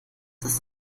das